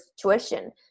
tuition